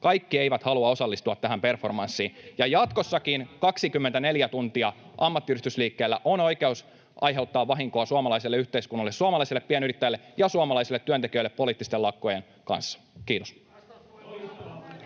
Kaikki eivät halua osallistua tähän performanssiin. [Anna Kontula: Minä pienyrittäjänä kannatan!] Jatkossakin 24 tuntia ammattiyhdistysliikkeellä on oikeus aiheuttaa vahinkoa suomalaiselle yhteiskunnalle, suomalaiselle pienyrittäjälle ja suomalaisille työntekijöille poliittisten lakkojen kanssa. — Kiitos.